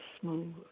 smooth